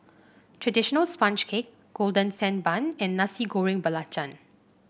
traditional sponge cake Golden Sand Bun and Nasi Goreng Belacan